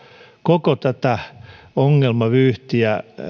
koko tätä ongelmavyyhtiä